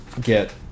get